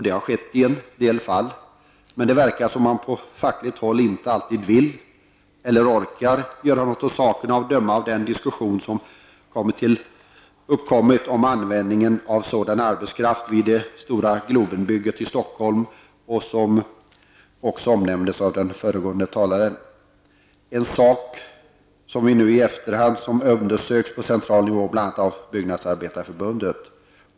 Det har skett i en del fall, men det verkar som om man på fackligt håll inte alltid vill, eller orkar, göra något åt saken, att döma av den diskussion som uppkommit om användningen av sådan arbetskraft vid det stora Globenbygget i Stockholm, vilket också omnämndes av den föregående talaren. Denna fråga har nu i efterhand undersökts på central nivå, bl.a. inom Byggnadsarbetareförbundet.